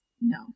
no